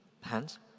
Hands